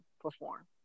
perform